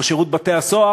או שירות בתי-הסוהר,